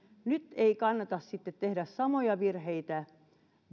nyt ei kannata sitten tehdä samoja virheitä